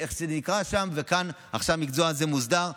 איך שזה נקרא שם, וכאן המקצוע הזה עכשיו מוסדר.